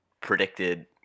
predicted